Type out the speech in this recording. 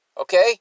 Okay